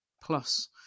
plus